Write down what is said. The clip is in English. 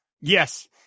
Yes